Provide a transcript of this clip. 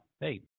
hey